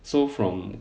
so from